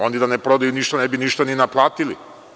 Oni da ne prodaju ništa ne bi ništa ni naplatili.